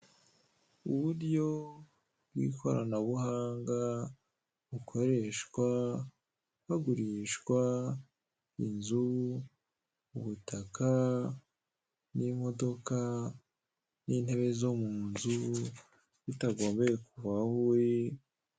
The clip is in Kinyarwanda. Uburyo bw'ikoranabuhanga bukoreshwa bagurishwa inzu, ubutaka, n'imodoka n'intebe zo mu nzu bitagombeye kuva aho uri.